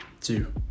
two